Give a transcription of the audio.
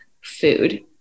food